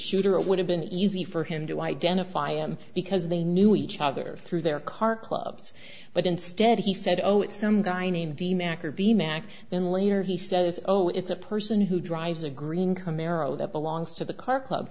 shooter it would have been easy for him to identify him because they knew each others through their car clubs but instead he said oh it's some guy named then later he says oh it's a person who drives a green camaro that belongs to the car club